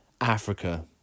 Africa